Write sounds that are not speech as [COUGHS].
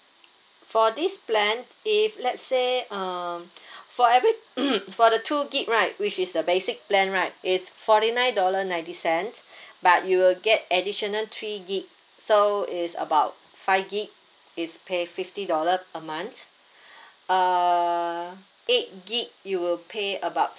for this plan if let's say um for everything [COUGHS] for the two gig right which is the basic plan right it's forty nine dollar ninety cent but you will get additional three gig so is about five gig is pay fifty dollar a month uh eight gig you will pay about